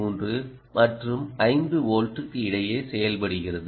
3 மற்றும் 5 வோல்ட்க்கு இடையே செயல்படுகிறது